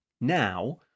Now